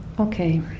Okay